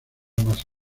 más